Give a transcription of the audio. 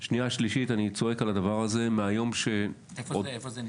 שנייה-שלישית אני צועק על הדבר הזה מהיום ש --- איפה זה נתקע?